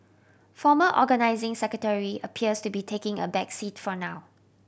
former Organising Secretary appears to be taking a back seat for now